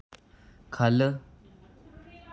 ख'ल्ल